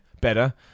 better